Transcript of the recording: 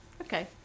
Okay